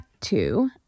two